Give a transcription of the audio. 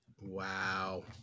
Wow